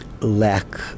lack